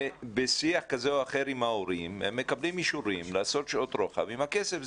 בשיח כזה או אחר עם ההורים מקבלים אישורים לעשות שעות רוחב עם הכסף.